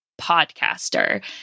podcaster